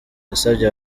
yasabye